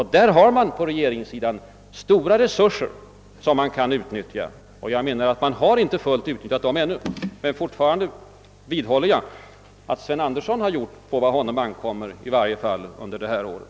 Härvidlag har regeringen stora resurser och enligt min mening har de inte utnyttjats. Men jag vidhåller att Sven Andersson gjort vad på honom ankommer, i varje fall under det här året.